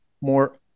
more